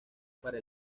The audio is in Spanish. para